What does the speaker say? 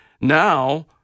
now